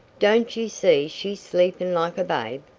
don't you see she's sleepin' like a babe?